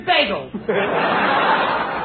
bagels